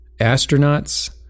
astronauts